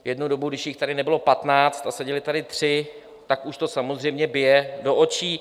Jednu dobu, když jich tady nebylo patnáct a seděli tady tři, tak už to samozřejmě bije do očí.